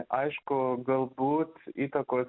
aišku galbūt įtakos